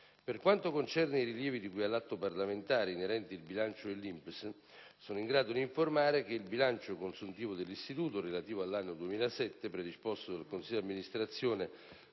Per quanto concerne i rilievi di cui all'atto parlamentare, inerenti il bilancio dell'INPS, sono in grado di informare che il bilancio consuntivo dell'istituto relativo all'anno 2007, predisposto dal consiglio di amministrazione